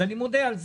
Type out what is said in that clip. אני מודה על זה.